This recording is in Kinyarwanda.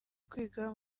kwiga